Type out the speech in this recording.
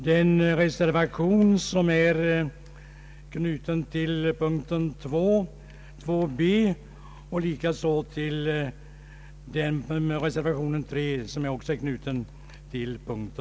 med att yrka bifall till de vid punkten avgivna reservationerna 2 b och 3.